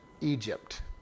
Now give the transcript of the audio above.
Egypt